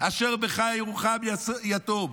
אשר בך ירחם יתום".